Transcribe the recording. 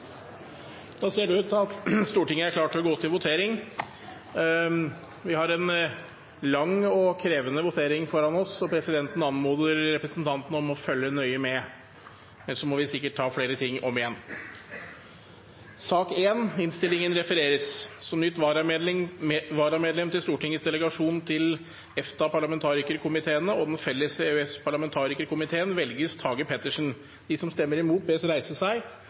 Da er Stortinget klar til å gå til votering. Vi har en lang og krevende votering foran oss, og presidenten anmoder representantene om å følge nøye med, ellers må vi sikkert ta flere ting om igjen. Sak nr. 4 var redegjørelse. Det voteres over lovens overskrift og loven i sin helhet. Lovvedtaket vil bli ført opp til